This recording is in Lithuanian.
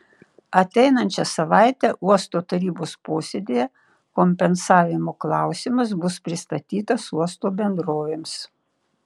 ateinančią savaitę uosto tarybos posėdyje kompensavimo klausimas bus pristatytas uosto bendrovėms